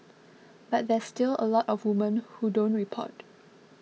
but there's still a lot of women who don't report